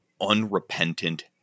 unrepentant